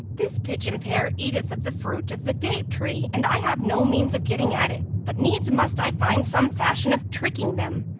this pigeon-pair eateth of the fruit of the date tree and i have no means of getting at it but needs must i find some fashion of tricking them.